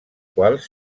quals